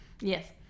Yes